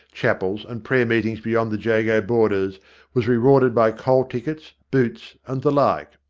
chapels and prayer-meetings beyond the jago borders was rewarded by coal-tickets, boots, and the like.